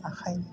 ओंखायनो